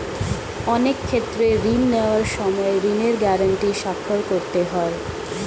অনেক ক্ষেত্রে ঋণ নেওয়ার সময় ঋণের গ্যারান্টি স্বাক্ষর করতে হয়